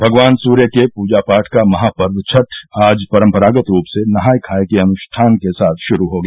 भगवान सूर्य के पूजा पाठ का महापर्व छठ आज परम्परागत रूप से नहाय खाय के अनुष्ठान के साथ शुरू हो गया